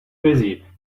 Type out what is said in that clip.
busy